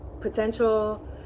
potential